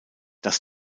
das